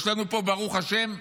יש לנו פה ברוך השם לוחמים,